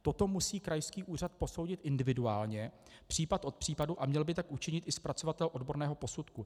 Toto musí krajský úřad posoudit individuálně případ od případu a měl by tak učinit i zpracovatel odborného posudku.